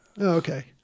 Okay